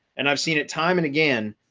and i've seen it time and again,